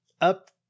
up